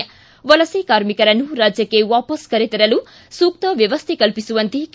ಿ ವಲಸೆ ಕಾರ್ಮಿಕರನ್ನು ರಾಜ್ಯಕ್ಷೆ ವಾಪಸ್ ಕರೆ ತರಲು ಸೂಕ್ತ ವ್ಯವಸ್ಥೆ ಕಲ್ಪಿಸುವಂತೆ ಕೆ